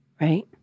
right